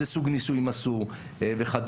איזה סוג ניסויים עשו וכו',